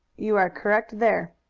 you are correct there.